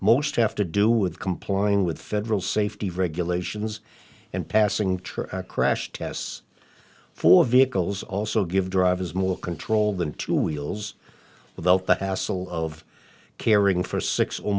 most have to do with complying with federal safety regulations and passing train crash tests for vehicles also give drivers more control than two wheels without the asile of caring for six or